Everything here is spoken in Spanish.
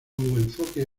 enfoque